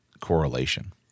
correlation